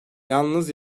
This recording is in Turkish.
yalnız